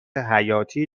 حیاتی